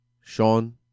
Sean